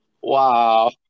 Wow